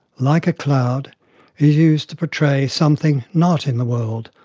like a cloud, is used to portray something not in the world,